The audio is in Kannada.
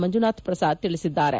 ಮಂಜುನಾಥ್ ಪ್ರಸಾದ್ ತಿಳಿಸಿದ್ದಾರೆ